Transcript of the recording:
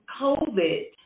covid